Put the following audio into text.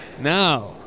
Now